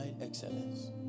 Excellence